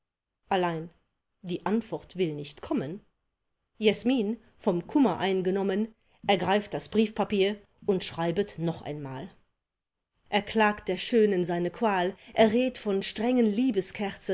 allein die antwort will nicht kommen jesmin vom kummer eingenommen ergreift das briefpapier und schreibet noch einmal er klagt der schönen seine qual er redt von strengen